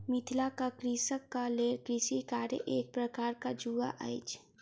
मिथिलाक कृषकक लेल कृषि कार्य एक प्रकारक जुआ अछि